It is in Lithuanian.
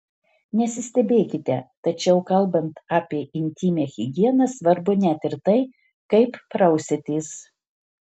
nesistebėkite tačiau kalbant apie intymią higieną svarbu net ir tai kaip prausiatės